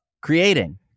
creating